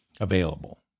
available